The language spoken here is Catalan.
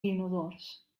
inodors